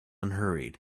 unhurried